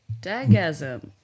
Dagasm